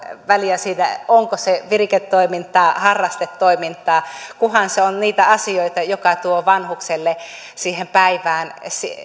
väliä sillä onko se viriketoimintaa vai harrastetoimintaa kunhan se on niitä asioita jotka tuovat vanhukselle siihen päivään